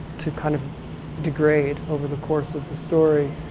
to kind of degrade over the course of the story,